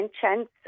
chance